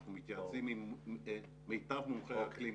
אנחנו מתייעצים עם מיטב מומחי האקלים,